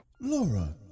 Laura